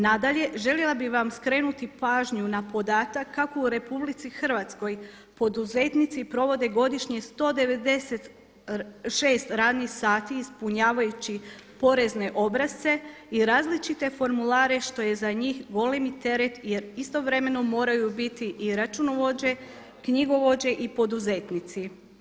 Nadalje, željela bih vam skrenuti pažnju na podatak kako u RH poduzetnici provode godišnje 196 radnih sati ispunjavajući porezne obrasce i različite formulare što je za njih golemi teret jer istovremeno moraju biti i računovođe, knjigovođe i poduzetnici.